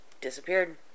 disappeared